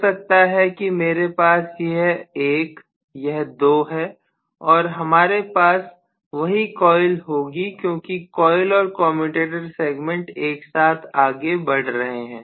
हो सकता है कि मेरे पास यह 1 यह 2 है और हमारे पास वही कॉइल होगी क्योंकि कॉइल और कम्यूटेटर सेगमेंट एक साथ आगे बढ़ रहे हैं